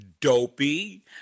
dopey